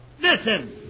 Listen